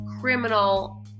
criminal